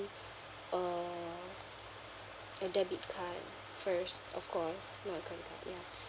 uh a debit card first of course not a credit card ya